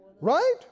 Right